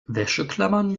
wäscheklammern